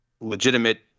legitimate